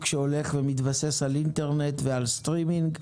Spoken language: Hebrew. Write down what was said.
שהולך ומתבסס על אינטרנט ועל סטרימינג.